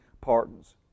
pardons